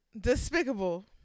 Despicable